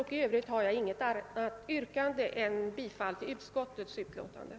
I övrigt har jag inget annat yrkande än om bifall till utskottets hemställan.